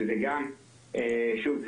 שזה שוב,